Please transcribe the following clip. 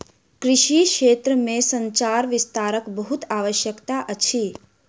कृषि क्षेत्र में संचार विस्तारक बहुत आवश्यकता अछि